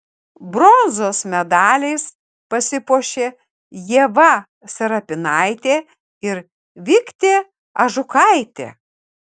bronzos medaliais pasipuošė ieva serapinaitė ir viktė ažukaitė